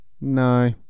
no